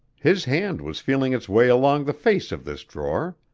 his hand was feeling its way along the face of this drawer.